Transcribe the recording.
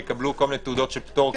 שיקבלו תעודות של פטור כאלה ואחרות.